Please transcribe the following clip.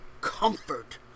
comfort